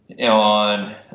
on